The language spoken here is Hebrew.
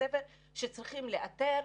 שצריכים לאתר,